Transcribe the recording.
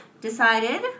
decided